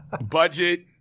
budget